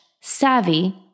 savvy